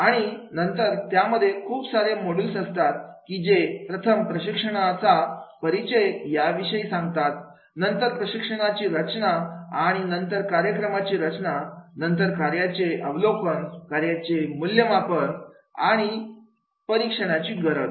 आणि नंतर त्यामध्ये खूप सारे मोडूल असतात की जे प्रथम प्रशिक्षणाचा परिचय याविषयी सांगतात नंतर प्रशिक्षणाची रचना आणि नंतर कार्यक्रमाची रचना नंतर कार्याचे अवलोकन कार्याचे मूल्यमापन आणि परीक्षणाची गरज